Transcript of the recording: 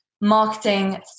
marketing